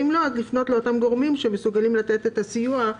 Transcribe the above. ואם לא אז לפנות לאותם גורמים שמסוגלים לתת את הסיוע.